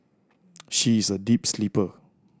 she is a deep sleeper